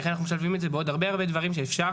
איך אנחנו משלבים את זה בעוד הרבה דברים שאפשר.